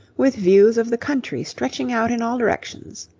with views of the country stretching out in all directions.